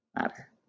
matter